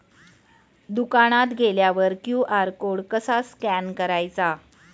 दुकानात गेल्यावर QR code कसा स्कॅन करायचा?